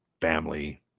Family